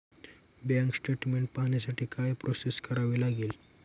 Bank statement पाहण्यासाठी काय process करावी लागेल?